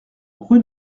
rue